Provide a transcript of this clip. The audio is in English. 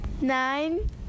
Nine